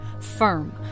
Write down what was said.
firm